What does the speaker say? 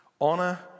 honor